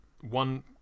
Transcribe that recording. one